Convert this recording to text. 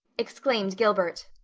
exclaimed gilbert.